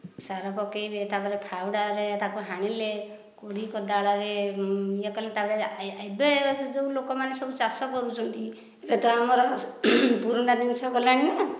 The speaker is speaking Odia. ସାର ପକାଇବେ ତାପରେ ଫାଉଡ଼ା ରେ ତାକୁ ହାଣିଲେ କୋଡ଼ି କୋଦାଳ ରେ ୟେ କଲେ ତାପରେ ଏବେ ଯେଉଁ ଲୋକ ମାନେ ସବୁ ଚାଷ କରୁଛନ୍ତି ଏବେ ତ ଆମର ପୁରୁଣା ଜିନିଷ ଗଲାଣି ନାଁ